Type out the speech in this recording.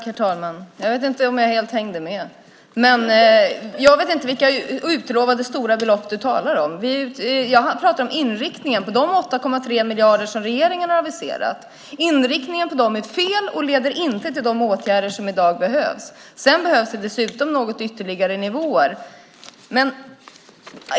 Herr talman! Jag vet inte om jag hängde med helt. Jag vet inte vilka utlovade stora belopp du talar om. Jag pratar om inriktningen på de 8,3 miljarder som regeringen har aviserat. Inriktningen på dem är fel och leder inte till de åtgärder som i dag behövs. Sedan behövs dessutom ytterligare nivåer.